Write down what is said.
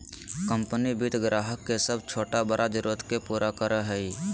company वित्त ग्राहक के सब छोटा बड़ा जरुरत के पूरा करय हइ